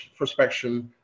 prospection